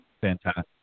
Fantastic